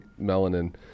melanin